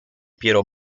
piero